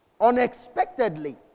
Unexpectedly